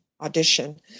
audition